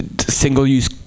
single-use